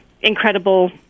incredible